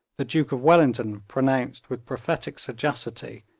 the duke of wellington pronounced with prophetic sagacity,